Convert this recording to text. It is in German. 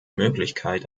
möglichkeit